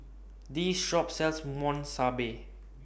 This Shop sells Monsunabe